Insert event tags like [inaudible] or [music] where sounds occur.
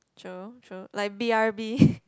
sure sure like b_r_b [breath]